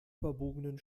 verbogenen